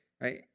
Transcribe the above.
right